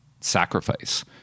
sacrifice